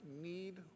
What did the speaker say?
need